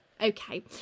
okay